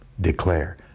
declare